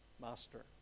master